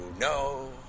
no